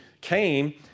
came